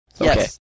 Yes